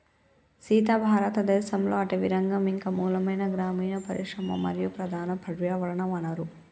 సీత భారతదేసంలో అటవీరంగం ఇంక మూలమైన గ్రామీన పరిశ్రమ మరియు ప్రధాన పర్యావరణ వనరు